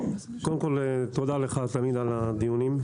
קודם כל תודה לך תמיד על הדיונים.